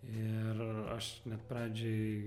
ir aš net pradžiai